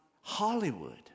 Hollywood